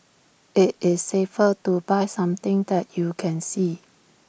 IT is safer to buy something that you can see